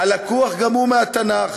הלקוח גם הוא מהתנ"ך,